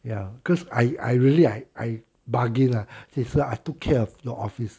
ya cause I I really I I bargain lah say sir I took care of your office